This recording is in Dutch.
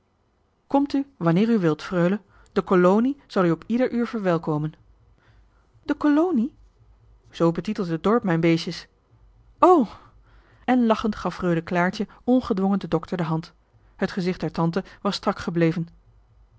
komt u wanneer u wilt freule de kolonie zal u op ieder uur verwelkomen de kolonie zoo betitelt het dorp mijn beestjes o en lachend gaf freule claartje ongedwongen den dokter de hand het gezicht der tante was strak gebleven